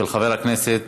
של חבר הכנסת